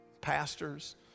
pastors